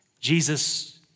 Jesus